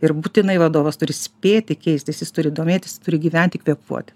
ir būtinai vadovas turi spėti keistis jis turi domėtis turi gyventi kvėpuoti